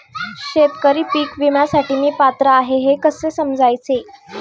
शेतकरी पीक विम्यासाठी मी पात्र आहे हे कसे समजायचे?